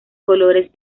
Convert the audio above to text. colores